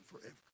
forever